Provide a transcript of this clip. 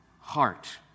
heart